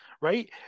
Right